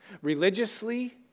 Religiously